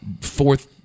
fourth